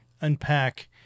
unpack